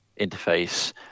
interface